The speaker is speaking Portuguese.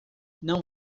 não